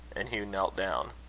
and hugh knelt down.